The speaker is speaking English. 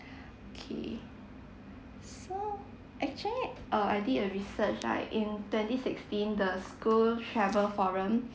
K so actually uh I did a research right in twenty sixteen the school travel forum